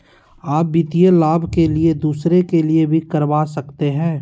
आ वित्तीय लाभ के लिए दूसरे के लिए भी करवा सकते हैं?